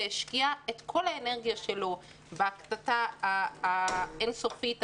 והשקיע את כל האנרגיה שלו בקטטה האינסופית הפנימית,